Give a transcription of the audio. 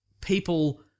people